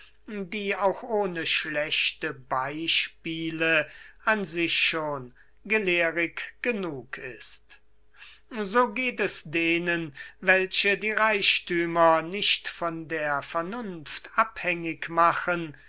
die auch ohne schlechte beispiele an sich schon gelehrig genug ist so geht es denen welche die reichthümer nicht von der vernunft abhängig machen